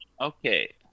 Okay